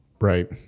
Right